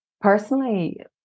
personally